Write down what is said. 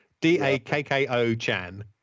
D-A-K-K-O-Chan